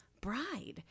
Bride